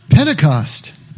Pentecost